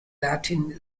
latin